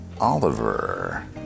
Oliver